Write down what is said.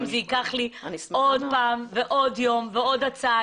זה ייקח לי עוד פעם ועוד יום ועוד הצעה.